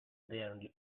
their